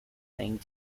playing